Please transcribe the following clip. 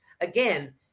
Again